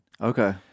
Okay